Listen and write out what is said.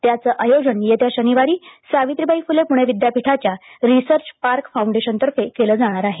त्याचे आयोजन येत्या शनिवारी सावित्रीबाई फुले पुणे विद्यापीठाच्या रीसर्च पार्क फाउंडेशनतर्फे केले जाणार आहे